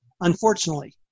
unfortunately